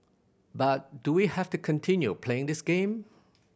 but do we have to continue playing this game